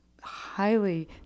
highly